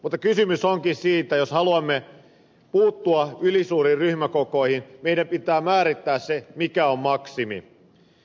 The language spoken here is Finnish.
mutta kysymys onkin siitä että jos haluamme puuttua ylisuuriin ryhmäkokoihin niin meidän pitää määrittää se mikä on maksimi